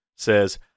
says